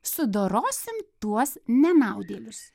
sudorosim tuos nenaudėlius